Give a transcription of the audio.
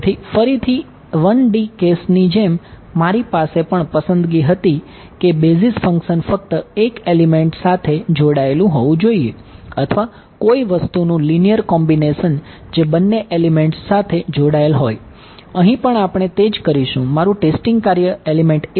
તેથી ફરીથી 1 D કેસની જેમ મારી પાસે પણ પસંદગી હતી કે બેસિસ ફંક્શન ફક્ત 1 એલિમેંટ સાથે જોડાયેલું હોવું જોઈએ અથવા કોઈ વસ્તુનું લિનિયર b ઉપર નોન ઝીરો છે